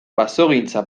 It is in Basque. basogintza